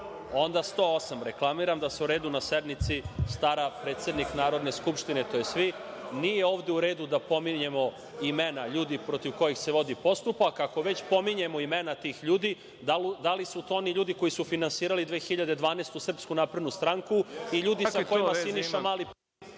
Onda 108. reklamiram, da se o redu na sednici stara predsednik Narodne skupštine, tj. vi. Nije ovde u redu da pominjemo imena ljudi protiv kojih se vodi postupak. Ako već pominjemo imena tih ljudi, da li su to oni ljudi koji su finansirali 2012. godine SNS i ljudi sa kojima je Siniša Mali